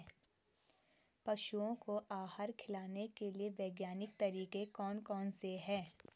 पशुओं को आहार खिलाने के लिए वैज्ञानिक तरीके कौन कौन से हैं?